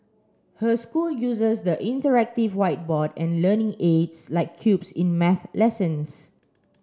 her school uses the interactive whiteboard and learning aids like cubes in math lessons